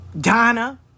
Donna